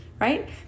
right